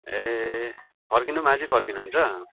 ए फर्किनु पनि आजै फर्किनु हुन्छ